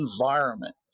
environment